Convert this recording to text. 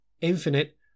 Infinite